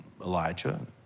Elijah